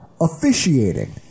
Officiating